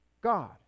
God